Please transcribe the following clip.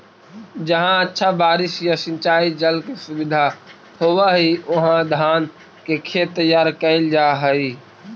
जहाँ अच्छा बारिश या सिंचाई जल के सुविधा होवऽ हइ, उहाँ धान के खेत तैयार कैल जा हइ